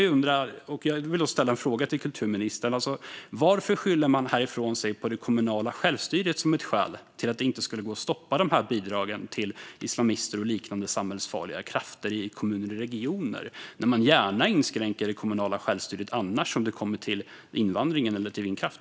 Jag vill därför ställa en fråga till kulturministern: Varför skyller man ifrån sig på det kommunala självstyret som ett skäl till att det inte skulle gå att stoppa dessa bidrag till islamister och liknande samhällsfarliga krafter i kommuner och regioner när man gärna inskränker det kommunala självstyret när det handlar om invandring eller vindkraft?